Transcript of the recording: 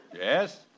Yes